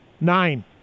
Nine